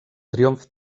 triomf